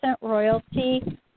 royalty